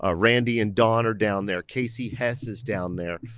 ah randy and dawn are down there, casey hess is down there.